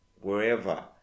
wherever